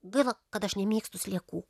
gaila kad aš nemėgstu sliekų